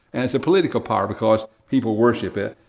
and it's a political power, because people worship it.